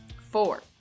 Four